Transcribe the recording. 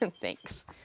Thanks